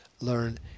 learn